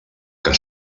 que